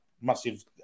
massive